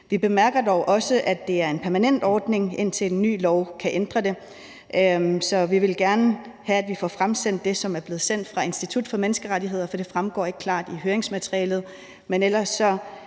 Vi bemærker dog også, at det er en permanent ordning, indtil en ny lov kan ændre det. Så vi vil gerne have, at vi får fremsendt det, som er blevet sendt fra Institut for Menneskerettigheder, for det fremgår ikke klart af høringsmaterialet. Men ellers ser